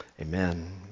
Amen